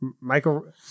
Michael